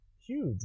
huge